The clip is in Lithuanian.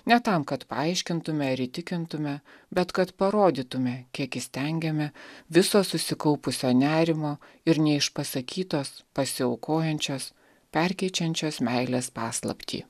ne tam kad paaiškintume ar įtikintume bet kad parodytume kiek įstengiame viso susikaupusio nerimo ir neišpasakytos pasiaukojančios perkeičiančios meilės paslaptį